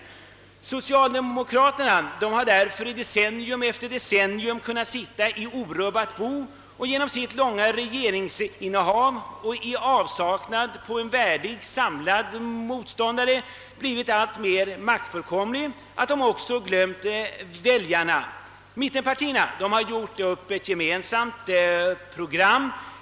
Socialdemokraterna har alltså decennium efter decennium kunnat sitta i orubbat bo och genom sitt långa regeringsinnehav och i avsaknad av en värdig samlad motståndare blivt alltmer maktfullkomliga — så maktfullkomliga att de även glömt väljarna. Mittenpartierna har gjort upp ett gemensamt program.